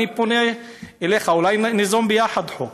אני פונה אליך: אולי ניזום ביחד חוק